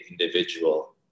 individual